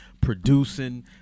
producing